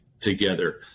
together